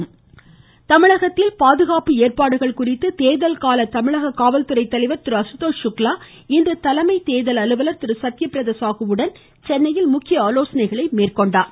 சத்யபிரதா சாகு தமிழகத்தில் பாதுகாப்பு ஏற்பாடுகள் குறித்து தேர்தல் கால தமிழக காவல்துறை தலைவர் திரு அசுதோஷ் சுக்லா இன்று தலைமை தேர்தல் அலுவலர் திரு சத்யபிரதா சாகுவுடன் சென்மனையில் முக்கிய ஆலோசனைகளை மேற்கொண்டார்